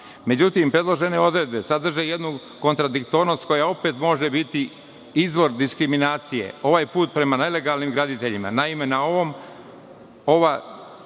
zahtev.Međutim predložene odredbe sadrže jednu kontradiktornost koja opet može biti izvor diskriminacije, ovaj put prema nelegalnim graditeljima. Naime, ova